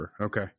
okay